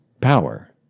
power